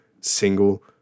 single